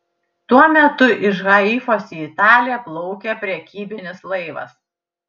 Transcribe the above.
tuo metu iš haifos į italiją plaukė prekybinis laivas